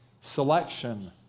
selection